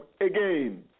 again